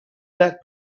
let